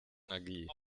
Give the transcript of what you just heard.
energie